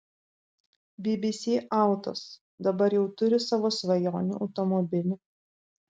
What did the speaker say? bbc autos dabar jau turi savo svajonių automobilį